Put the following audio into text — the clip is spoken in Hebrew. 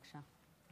בבקשה.